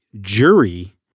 jury